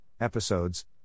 episodes